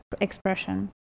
expression